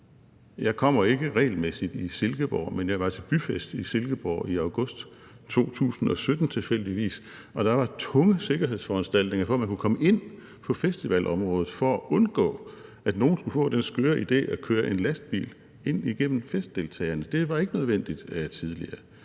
Jeg kommer ikke regelmæssigt i Silkeborg, men jeg var tilfældigvis til byfest i Silkeborg i august 2017, og der var tunge sikkerhedsforanstaltninger, for at man kunne komme ind på festivalområdet, for at undgå, at nogen skulle få den skøre idé at køre en lastbil ind i festivaldeltagerne. Det var ikke nødvendigt tidligere.